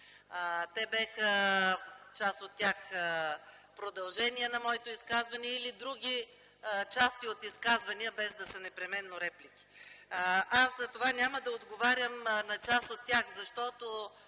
реплики. Част от тях бяха продължение на моето изказване или други части от изказвания, без да са непременно реплики. Затова аз няма да отговарям на част от тях, защото